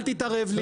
אל תתערב לי.